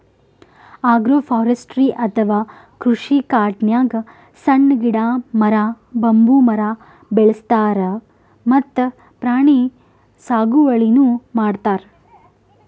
agroforestry ಅಥವಾ ಕೃಷಿಕಾಡ್ನಾಗ್ ಸಣ್ಣ್ ಗಿಡ, ಮರ, ಬಂಬೂ ಮರ ಬೆಳಸ್ತಾರ್ ಮತ್ತ್ ಪ್ರಾಣಿ ಸಾಗುವಳಿನೂ ಮಾಡ್ತಾರ್